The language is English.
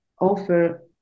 offer